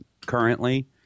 currently